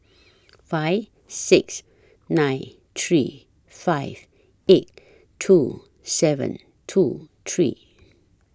five six nine three five eight two seven two three